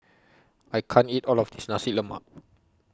I can't eat All of This Nasi Lemak